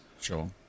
Sure